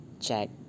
check